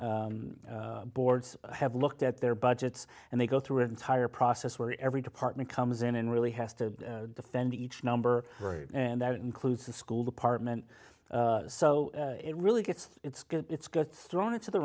boards have looked at their budgets and they go through an entire process where every department comes in and really has to defend each number and that includes the school department so it really gets it's get it's got thrown into the